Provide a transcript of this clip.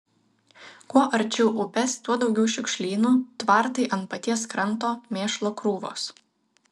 kuo arčiau upės tuo daugiau šiukšlynų tvartai ant paties kranto mėšlo krūvos